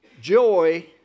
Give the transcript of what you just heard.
Joy